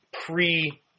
pre-